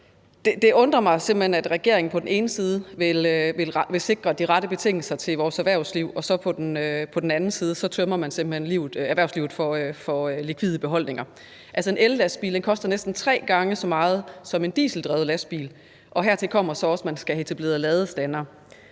regeringen på den ene side vil sikre de rette betingelser for vores erhvervsliv, og at man så på den anden side simpelt hen tømmer erhvervslivet for likvide beholdninger. En ellastbil koster næsten tre gange så meget som en dieseldrevet lastbil, og hertil kommer så, at man skal have etableret ladestandere.